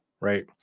right